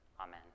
Amen